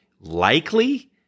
likely—